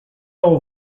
all